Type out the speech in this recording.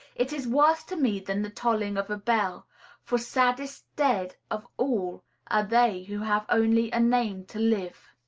it is worse to me than the tolling of a bell for saddest dead of all are they who have only a name to live.